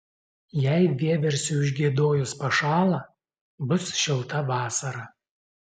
jei vieversiui užgiedojus pašąla bus šilta vasara